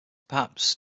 perhaps